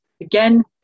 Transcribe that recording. again